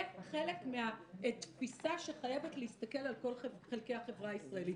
חלק מהתפיסה שחייבת להסתכל על כל חלקי החברה הישראלית.